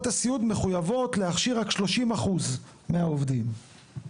הסיעוד מחויבות להכשיר רק 30% מהעובדים.